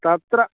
तत्र